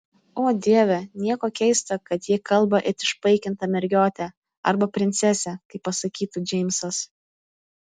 o dieve nieko keista kad ji kalba it išpaikinta mergiotė arba princesė kaip pasakytų džeimsas